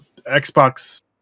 xbox